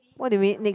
what do you mean next